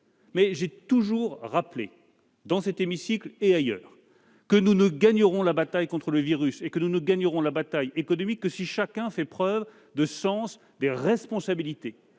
dates. J'ai toujours rappelé, dans cet hémicycle et ailleurs, que nous ne gagnerons la bataille contre le virus et la bataille économique que si chacun fait preuve de sens des responsabilités.